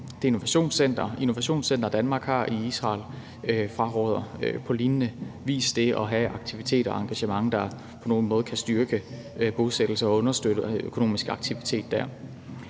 innovationscenter, Danmark har i Israel, fraråder på lignende vis det at have aktiviteter og engagementer, der på nogen måde kan styrke bosættelser og understøtte økonomisk aktivitet der.